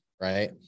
right